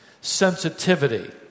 sensitivity